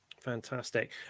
Fantastic